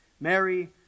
Mary